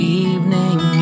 evening